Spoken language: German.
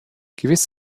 gewiss